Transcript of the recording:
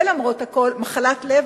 ולמרות הכול מחלות לב,